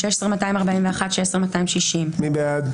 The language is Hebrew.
16,021 עד 16,040. מי בעד?